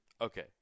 Okay